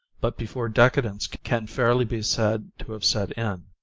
but before decadence can fairly be said to have set in.